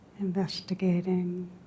investigating